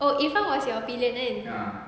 oh irfan was your pillion kan